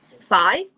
five